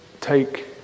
take